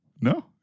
No